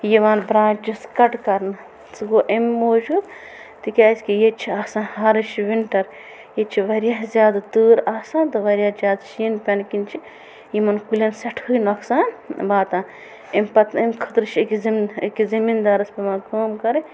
یِوان branches cut کرنہٕ سُہ گوٚو اہم موٗجوٗب تِکیازِ کہِ ییٚتہِ چھِ آسان ہارٕش وِنٹر ییٚتہِ چھِ واریاہ زیادٕ تۭر آسان تہٕ واریاہ زیادٕ شیٖن پننہٕ کِنۍ چھِ یِمَن کُلٮ۪ن سیٹھٕے نۄقصان واتان امہِ پَتن خٲطرٕ چھُ أکِس زَمیٖن أکِس زٔمیٖندارَس پٮ۪وان کٲم کَرٕنۍ